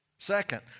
Second